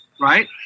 right